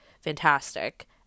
fantastic